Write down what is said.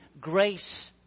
grace